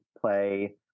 play